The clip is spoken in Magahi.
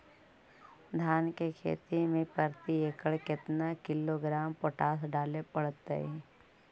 धान की खेती में प्रति एकड़ केतना किलोग्राम पोटास डाले पड़तई?